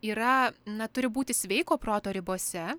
yra na turi būti sveiko proto ribose